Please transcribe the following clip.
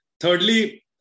Thirdly